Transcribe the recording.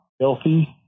healthy